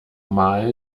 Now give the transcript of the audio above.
mal